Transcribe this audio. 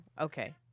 okay